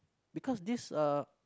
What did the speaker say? because this uh